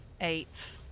Eight